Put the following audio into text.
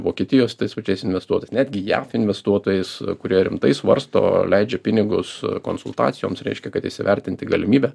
vokietijos tais pačiais investuotojais netgi jav investuotojais kurie rimtai svarsto leidžia pinigus konsultacijoms reiškia kad įsivertinti galimybę